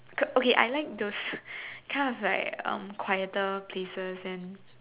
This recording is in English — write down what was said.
K okay I like those kind of like um quieter places and